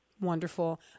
Wonderful